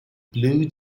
blue